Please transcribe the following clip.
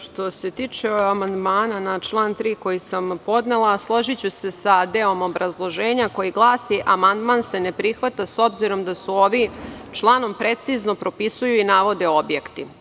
Što se tiče amandman na član 3. koji sam podnela složiću se sa delom obrazloženja koje glasi – amandman se ne prihvata s obzirom da su ovim članom precizno propisuju i navode objekti.